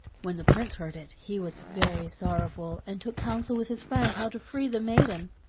when the prince heard it, he was very sorrowful, and took counsel with his friends how to free the maiden.